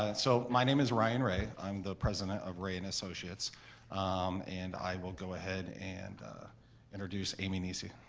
ah so my name is ryan ray. i'm the president of ray and associates and i will go ahead and introduce amy kneessy.